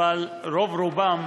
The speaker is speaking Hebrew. אבל רוב-רובם